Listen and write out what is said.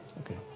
Okay